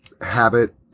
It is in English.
habit